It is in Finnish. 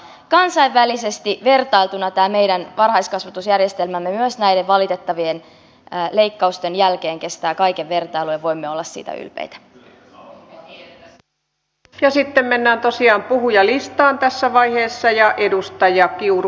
kansainvälisesti vertailtuna tämä meidän varhaiskasvatusjärjestelmämme myös näiden valitettavien leikkausten jälkeen kestää kaiken vertailun ja voimme olla siitä ylpeitä miehiä ja sitten mennään tosiaan puhujalista on tässä vaiheessa ja edustaja kiuru